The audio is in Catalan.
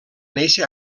néixer